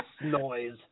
noise